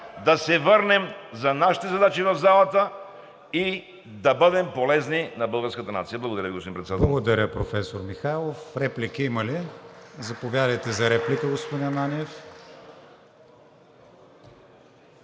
да се върнем за нашите задачи в залата и да бъдем полезни на българската нация. Благодаря, господин Председател.